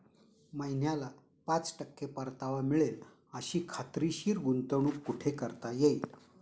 महिन्याला पाच टक्के परतावा मिळेल अशी खात्रीशीर गुंतवणूक कुठे करता येईल?